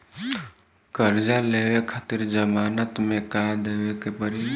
कर्जा लेवे खातिर जमानत मे का देवे के पड़ी?